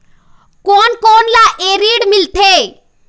कोन कोन ला ये ऋण मिलथे?